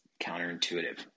counterintuitive